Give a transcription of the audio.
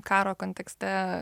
karo kontekste